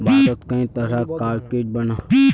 भारतोत कई तरह कार कीट बनोह